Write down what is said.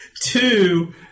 Two